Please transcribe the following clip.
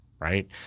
Right